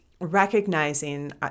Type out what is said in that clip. recognizing